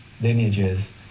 lineages